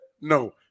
No